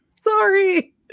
Sorry